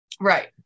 Right